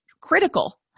critical